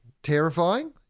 terrifying